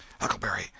Huckleberry